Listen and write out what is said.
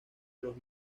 los